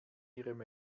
ihrem